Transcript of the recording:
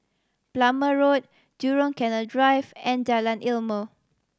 Plumer Road Jurong Canal Drive and Jalan Ilmu